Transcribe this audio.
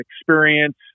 experience